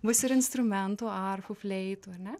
bus ir instrumentų arfų fleitų ar ne